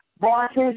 bosses